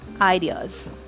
ideas